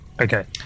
Okay